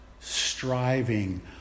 Striving